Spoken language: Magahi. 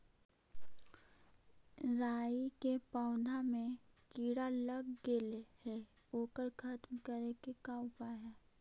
राई के पौधा में किड़ा लग गेले हे ओकर खत्म करे के का उपाय है?